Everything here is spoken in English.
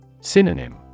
Synonym